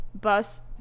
bus